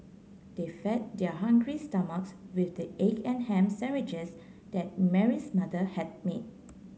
they fed their hungry stomachs with the egg and ham sandwiches that Mary's mother had made